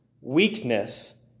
weakness